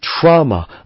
trauma